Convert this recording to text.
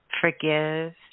forgive